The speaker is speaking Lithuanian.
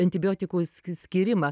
antibiotikų sk skyrimą